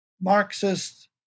Marxist